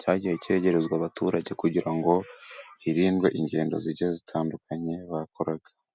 cyagiye cyegerezwa abaturage， kugira ngo hirindwe ingendo zigiye zitandukanye bakoraga.